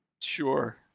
Sure